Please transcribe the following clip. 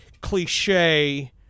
cliche